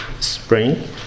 spring